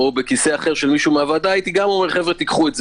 גם הייתי אומר: קחו את זה.